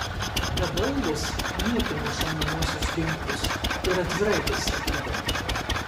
bet doilis niekino šaunamuosius ginklus ir atvirai tai sakydavo